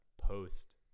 post